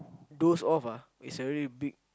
doze off ah is very big